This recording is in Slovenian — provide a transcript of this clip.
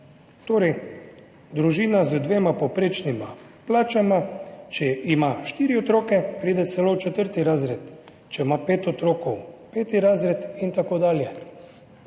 Torej družina z dvema povprečnima plačama, če ima štiri otroke, pride celo v četrti razred, če ima pet otrok, pride v peti razred in tako dalje.